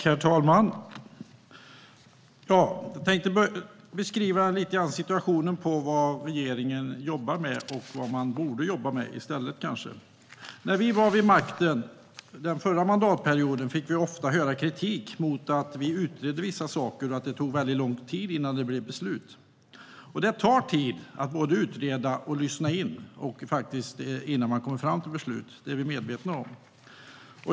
Herr talman! Jag tänkte beskriva lite grann vad regeringen jobbar med och vad man kanske borde jobba med i stället. När vi var vid makten under den förra mandatperioden fick vi ofta höra kritik mot att vi utredde vissa saker och att det tog väldigt lång tid innan det blev beslut. Det tar tid att både utreda och lyssna in innan man kommer fram till beslut - det är vi medvetna om.